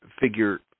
figure